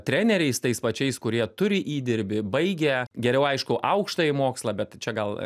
treneriais tais pačiais kurie turi įdirbį baigė geriau aišku aukštąjį mokslą bet čia gal